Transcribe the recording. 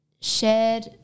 shared